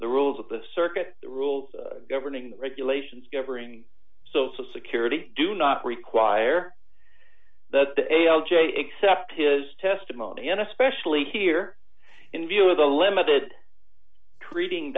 the rules of the circuit the rules governing regulations governing social security do not require the a o l j except his testimony and especially here in view of the limited treating